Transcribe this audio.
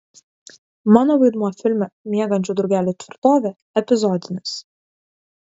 mano vaidmuo filme miegančių drugelių tvirtovė epizodinis